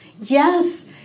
yes